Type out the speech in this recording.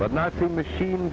but not the machine